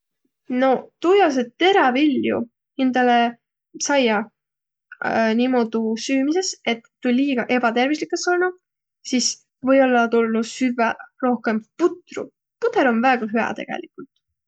Noq, tuujaos, et teräviljo hindäle saiaq, niimuudu süümises, et tuu liiga ebätervüslik es olnuq, sis või-ollaq tulnuq süvväq rohkõmb putru. Pudõr om väega hüä tegeligult.